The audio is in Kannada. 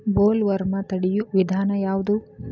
ಬೊಲ್ವರ್ಮ್ ತಡಿಯು ವಿಧಾನ ಯಾವ್ದು?